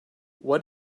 what